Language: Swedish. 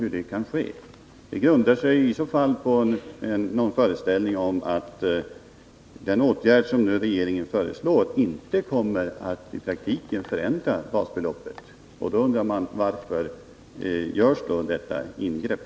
Det måste i så fall grunda sig på någon föreställning om att den åtgärd som regeringen nu föreslår i praktiken inte kommer att förändra basbeloppet. Då undrar man: Varför görs då detta ingrepp?